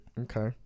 okay